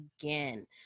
again